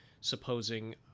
supposing